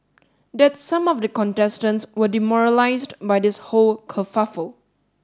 that some of the contestants were demoralised by this whole kerfuffle